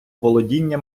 володіння